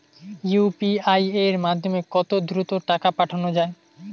UPI এর মাধ্যমে কত দ্রুত টাকা পাঠানো যায়?